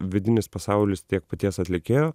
vidinis pasaulis tiek paties atlikėjo